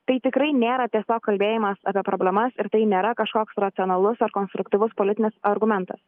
tai tikrai nėra tiesiog kalbėjimas apie problemas ir tai nėra kažkoks racionalus ar konstruktyvus politinis argumentas